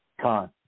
Con